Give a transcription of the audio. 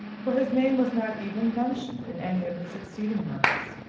for his name was not even mentioned in any of the succeeding letters.